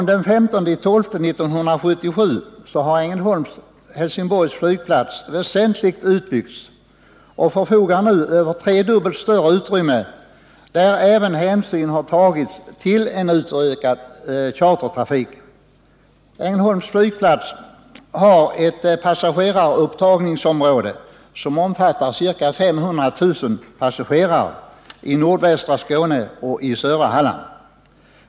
Den 15 december 1977 utbyggdes emellertid Ängelholm-Helsingborgs flygplats väsentligt och förfogar nu över tre gånger så stort utrymme, varvid hänsyn även har tagits till en utökning av chartertrafiken. Ängelholms flygplats har ett passagerarupptagningsområde som omfattar ca 500 000 personer i nordvästra Skåne och i södra Halland.